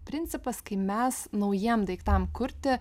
principas kai mes naujiem daiktam kurti